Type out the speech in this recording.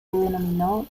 denominó